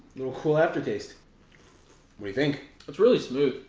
cool aftertaste we think it's really smooth.